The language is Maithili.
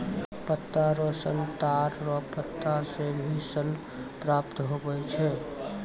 पत्ता रो सन ताड़ रो पत्ता से भी सन प्राप्त हुवै छै